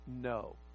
No